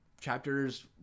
chapters